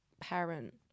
parent